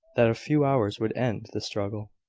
that a few hours would end the struggle.